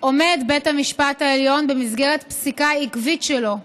עומד בית המשפט העליון במסגרת פסיקה עקבית שלו,